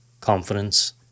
confidence